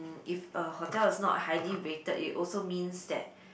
if a hotel is not highly rated it also means that